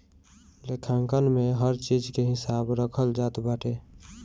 लेखांकन में हर चीज के हिसाब रखल जात बाटे